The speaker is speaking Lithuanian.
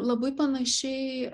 labai panašiai